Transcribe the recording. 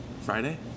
Friday